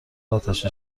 آتش